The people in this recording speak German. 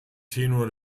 tenor